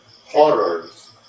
horrors